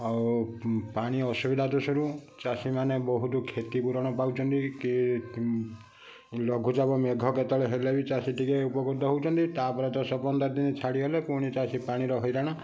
ଆଉ ପାଣି ଅସୁବିଧା ଦୋଷରୁ ଚାଷୀମାନେ ବହୁତ କ୍ଷତି ପୂରଣ ପାଉଛନ୍ତି କି ଲଘୁଚାପ ମେଘ କେତେବେଳେ ହେଲେ ବି ଟିକେ ଚାଷୀ ଉପକୃତ ହଉଛନ୍ତି ତାପରେ ଦଶ ପନ୍ଦର ଦିନ ଛାଡ଼ିଗଲେ ପୁଣି ଚାଷୀ ପାଣିର ହଇରାଣ